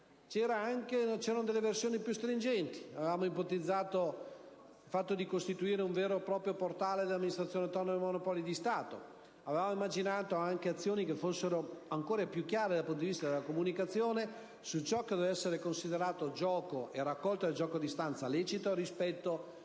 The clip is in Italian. c'erano delle versioni più stringenti: avevamo ipotizzato di costituire un vero e proprio portale dell'Amministrazione autonoma dei Monopoli di Stato; avevamo immaginato anche azioni che fossero ancora più chiare dal punto di vista della comunicazione su ciò che doveva essere considerato gioco e raccolta del gioco a distanza lecito rispetto al